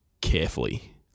carefully